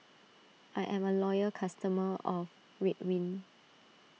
I am a loyal customer of Ridwind